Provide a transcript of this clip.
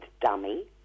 dummy